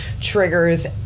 triggers